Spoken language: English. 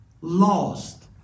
Lost